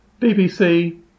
BBC